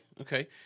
okay